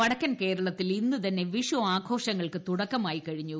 വടക്കൻ കേരളത്തിൽ ഇന്ന് തന്നെ ആഘോഷങ്ങൾക്ക് തുടക്കമായി കൃഴിഞ്ഞു